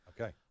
Okay